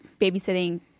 babysitting